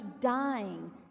dying